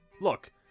look